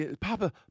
Papa